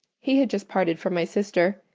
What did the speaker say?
he had just parted from my sister,